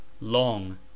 Long